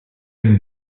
and